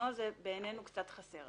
המנגנון הזה בעינינו קצת חסר.